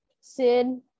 sid